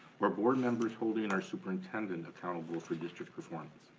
or board members holding our superintendent accountable for district performance?